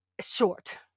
short